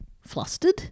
flustered